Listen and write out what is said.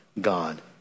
God